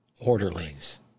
orderlies